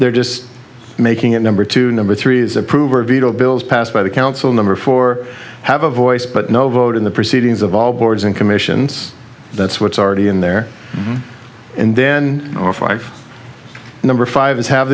they're just making it number two number three is approve or veto bills passed by the council number four have a voice but no vote in the proceedings of all boards and commissions that's what's already in there and then or five number five is have